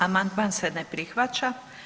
Amandman se ne prihvaća.